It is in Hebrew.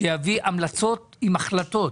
שיביא המלצות עם החלטות,